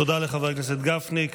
תודה לחבר הכנסת גפני.